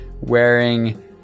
wearing